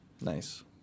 Nice